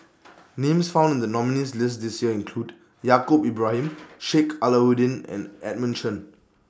Names found in The nominees' list This Year include Yaacob Ibrahim Sheik Alau'ddin and Edmund Chen